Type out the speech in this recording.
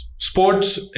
Sports